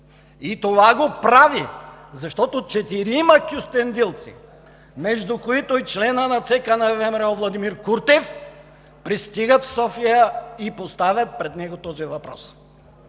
И това го прави, защото четирима кюстендилци, между които и членът на ЦК на ВМРО Владимир Куртев, пристигат в София и поставят пред него този въпрос.